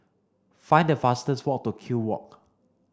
find the fastest way to Kew Walk